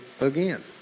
again